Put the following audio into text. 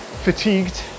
Fatigued